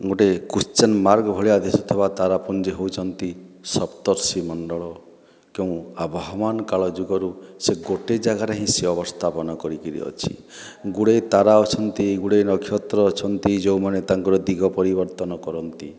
ଗୋଟିଏ question mark ଭଳିଆ ଦିଶୁଥିବା ତାରା ପୁଞ୍ଜ ହେଉଛନ୍ତି ସପ୍ତର୍ଷିମଣ୍ଡଳ କେଉଁ ଆବାହମାନ କାଳ ଯୁଗରୁ ସେ ଗୋଟିଏ ଜାଗାରେ ହିଁ ସେ ଅବସ୍ଥାପନ କରିକରି ଅଛି ଗୁଡ଼ିଏ ତାରା ଅଛନ୍ତି ଗୁଡ଼ିଏ ନକ୍ଷତ୍ର ଅଛନ୍ତି ଯେଉଁମାନେ ତାଙ୍କର ଦିଗ ପରିବର୍ତ୍ତନ କରନ୍ତି